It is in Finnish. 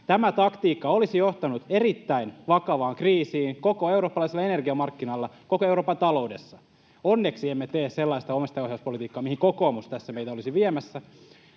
Tämä taktiikka olisi johtanut erittäin vakavaan kriisiin eurooppalaisilla energiamarkkinoilla, [Sanni Grahn-Laasosen välihuuto] koko Euroopan taloudessa. Onneksi emme tee sellaista omistajaohjauspolitiikkaa, mihin kokoomus tässä meitä olisi viemässä.